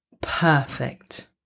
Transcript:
perfect